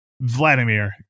Vladimir